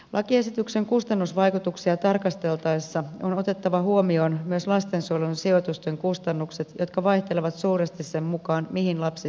lakiesityksen kustannusvaikutuksia tarkasteltaessa on otettava huomi oon myös lastensuojelun sijoitusten kustannukset jotka vaihtelevat suuresti sen mukaan mihin lapsi sijoitetaan